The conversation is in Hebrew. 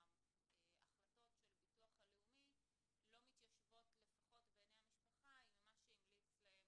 ההחלטות של ביטוח לאומי לא מתיישבות לפחות בעיני המשפחה עם מה שהמליץ להם